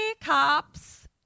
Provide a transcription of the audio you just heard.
cops